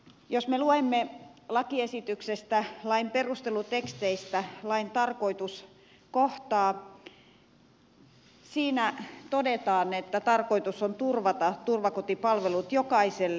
jos me luemme lakiesityksestä lain perusteluteksteistä lain tarkoitus kohtaa siinä todetaan että tarkoitus on turvata turvakotipalvelut jokaiselle